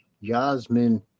Yasmin